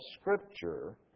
Scripture